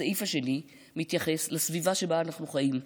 הסעיף השני מתייחס לסביבה שבה אנחנו חיים,